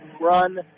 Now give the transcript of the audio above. run